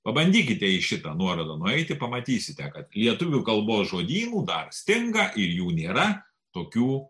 pabandykite į šitą nuorodą nueiti pamatysite kad lietuvių kalbos žodynų dar stinga į jų nėra tokių